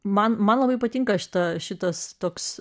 man man labai patinka šita šitas toks